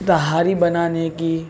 تہاری بنانے کی